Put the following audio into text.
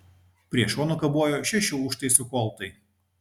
prie šonų kabojo šešių užtaisų koltai